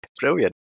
brilliant